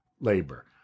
labor